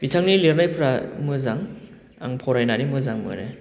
बिथांनि लिरनायफ्रा मोजां आं फरायनानै मोजां मोनो